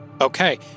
Okay